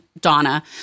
Donna